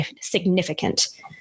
significant